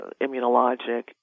immunologic